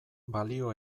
balio